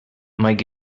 might